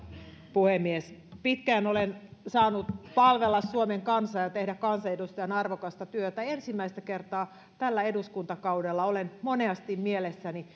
puhemies pitkään olen saanut palvella suomen kansaa ja tehdä kansanedustajana arvokasta työtä ensimmäistä kertaa tällä eduskuntakaudella olen monesti mielessäni